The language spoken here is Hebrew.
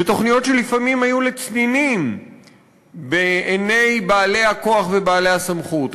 ותוכניות שלפעמים היו לצנינים בעיני בעלי הכוח ובעלי הסמכות.